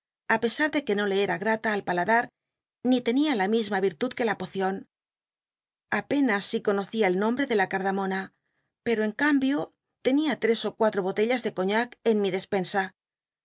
pc ar de que no le era gl'at t ll pahtdar ni tenia la misma irtnd que la pocion apenas si conocía el nombrc de ca rdamona peto en cambio tenia trcs ó cnati'o botellas de coiiac en mi despensa